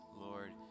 Lord